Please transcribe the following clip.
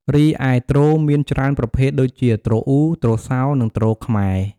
រីឯទ្រ មានច្រើនប្រភេទដូចជា ទ្រអ៊ូ ទ្រសោ និង ទ្រខ្មែរ។